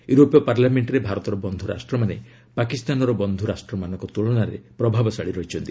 ୟୁରୋପୀୟ ପାର୍ଲାମେଣ୍ଟରେ ଭାରତର ବନ୍ଧୁ ରାଷ୍ଟ୍ରମାନେ ପାକିସ୍ତାନର ବନ୍ଧୁ ରାଷ୍ଟ୍ରମାନଙ୍କ ତୁଳନାରେ ପ୍ରଭାବଶାଳୀ ରହିଛନ୍ତି